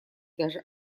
даже